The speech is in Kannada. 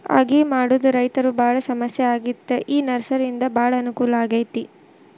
ಅಗಿ ಮಾಡುದ ರೈತರು ಬಾಳ ಸಮಸ್ಯೆ ಆಗಿತ್ತ ಈ ನರ್ಸರಿಯಿಂದ ಬಾಳ ಅನಕೂಲ ಆಗೈತಿ